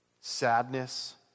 Sadness